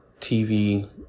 TV